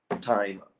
time